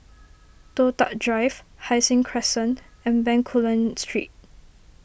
Toh Tuck Drive Hai Sing Crescent and Bencoolen Street